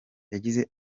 yagize